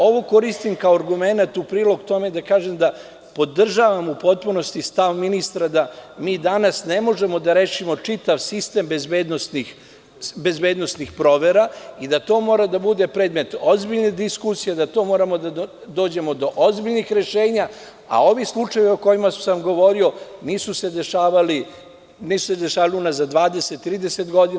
Ovo koristim kao argumenat u prilog tome da kažem da podržavam u potpunosti stav ministra da mi danas ne možemo da rešimo čitav sistem bezbednosnih provera i da to mora da bude predmet ozbiljne diskusije, da moramo da dođemo do ozbiljnih rešenja, a ovi slučajevi o kojima sam govorio nisu se dešavali unazad 20, 30 godina.